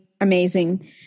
amazing